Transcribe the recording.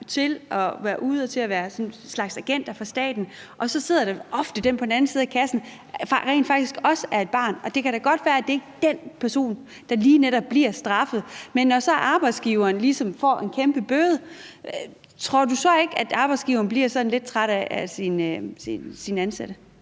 til at være ude at være sådan en slags agenter for staten, og at så sidder der nogle på den anden side af kassen, som ofte rent faktisk også er børn. Og det kan da godt være, at det ikke er den person, der lige netop bliver straffet, men når så arbejdsgiveren ligesom får en kæmpe bøde, tror du så ikke at arbejdsgiveren bliver sådan lidt træt af sine ansatte?